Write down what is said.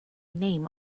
name